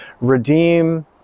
redeem